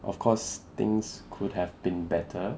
of course things could have been better